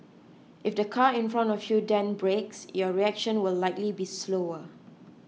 if the car in front of you then brakes your reaction will likely be slower